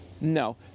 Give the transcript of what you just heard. No